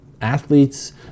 athletes